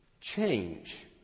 change